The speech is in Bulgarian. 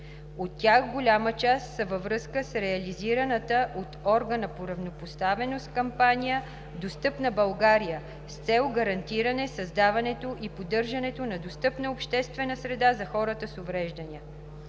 От тях голяма част са във връзка с реализираната от органа по равнопоставеност кампания „Достъпна България“ с цел гарантиране създаването и поддържането на достъпна обществена среда за хората с увреждания.